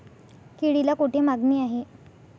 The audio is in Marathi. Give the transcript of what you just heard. केळीला कोठे मागणी आहे?